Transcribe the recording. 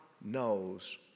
knows